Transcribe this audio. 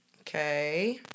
Okay